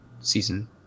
season